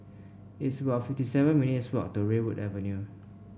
it's about fifty seven minutes' walk to Redwood Avenue